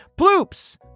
Ploops